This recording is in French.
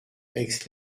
aix